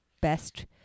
Best